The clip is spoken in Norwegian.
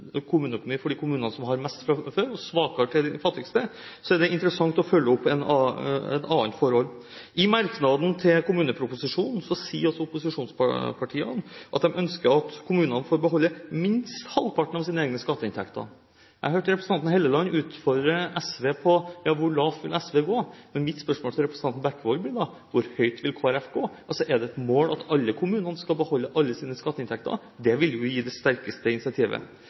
kommuneøkonomi for de kommunene som har mest fra før, og en svakere for de fattigste – er det interessant å følge opp et annet forhold. I en av merknadene i innstillingen sier opposisjonspartiene at de ønsker at kommunene får beholde «minst halvparten av egne skatteinntekter». Jeg hørte representanten Helleland utfordre SV på hvor lavt SV vil gå. Mitt spørsmål til representanten Bekkevold blir da: Hvor høyt vil Kristelig Folkeparti gå? Er det et mål at alle kommuner skal beholde alle sine skatteinntekter? Det vil jo gi det sterkeste